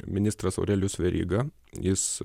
ministras aurelijus veryga jis